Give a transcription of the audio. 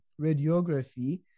radiography